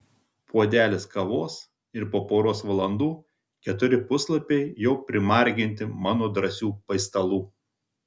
puodelis kavos ir po poros valandų keturi puslapiai jau primarginti mano drąsių paistalų